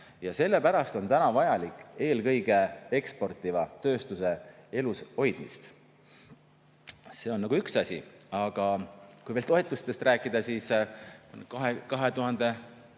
ja sellepärast on vajalik eelkõige eksportiva tööstuse elushoidmine. See on üks asi. Aga kui veel toetustest rääkida, siis 2006.